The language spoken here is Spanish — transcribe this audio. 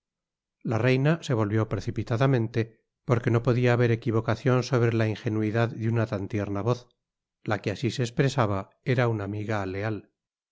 la reina se volvió precipitadamente porque no podia haber equivocacion sobre la ingenuidad de una tan tierna voz la que asi se espresaba era una amiga leal